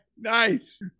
Nice